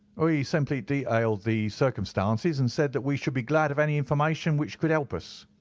we simply detailed the circumstances, and said that we should be glad of any information which could help us.